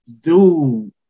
dude